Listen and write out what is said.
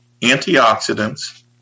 antioxidants